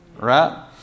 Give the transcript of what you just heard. Right